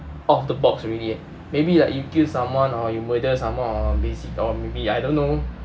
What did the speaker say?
of the box already eh maybe like you kill someone or you murder someone or basic or maybe I don't know